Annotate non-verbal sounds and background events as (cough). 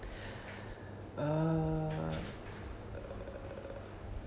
(breath) uh err